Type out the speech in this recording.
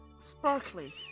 Sparkly